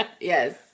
Yes